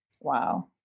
wow